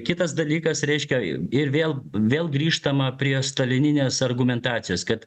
kitas dalykas reiškia ir vėl vėl grįžtama prie stalininės argumentacijos kad